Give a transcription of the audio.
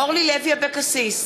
אורלי לוי אבקסיס,